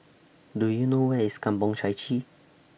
Do YOU know Where IS Kampong Chai Chee